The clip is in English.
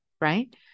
right